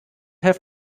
have